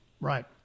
Right